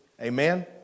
Amen